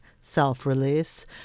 self-release